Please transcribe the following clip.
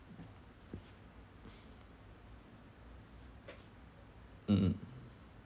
mm mm